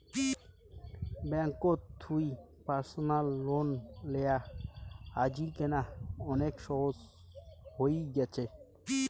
ব্যাঙ্ককোত থুই personal loan লেয়া আজিকেনা অনেক সহজ হই গ্যাছে